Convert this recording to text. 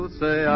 say